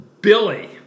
Billy